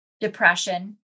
depression